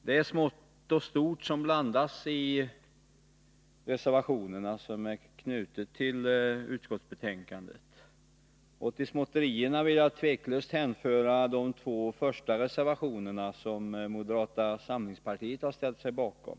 Det är smått och stort som blandas i de reservationer som är fogade till utskottsbetänkandet. Till småtterierna vill jag tveklöst hänföra de två första reservationerna, som moderata samlingspartiet ställer sig bakom.